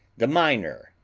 the miner,